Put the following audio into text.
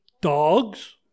dogs